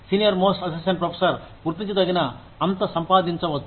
senior most assistant professor గుర్తించదగిన అంత సంపాదించవచ్చు